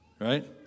Right